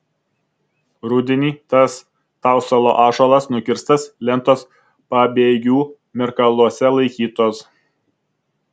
rudenį tas tausalo ąžuolas nukirstas lentos pabėgių mirkaluose laikytos